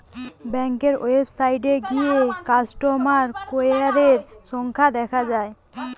ব্যাংকের ওয়েবসাইটে গিয়ে কাস্টমার কেয়ারের সংখ্যা দেখা যায়